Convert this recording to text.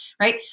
right